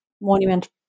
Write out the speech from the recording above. monument